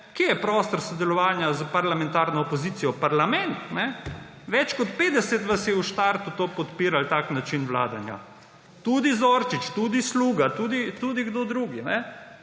Kje je prostor sodelovanja s parlamentarno opozicijo? Parlament. Več kot 50 vas je v štartu podpiralo tak način vladanja, tudi Zorčič, tudi Sluga, tudi kdo drug.